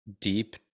deep